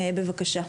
בבקשה.